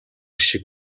шиг